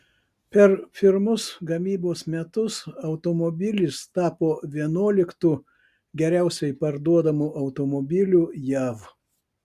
per pirmus gamybos metus automobilis tapo vienuoliktu geriausiai parduodamu automobiliu jav